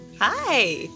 Hi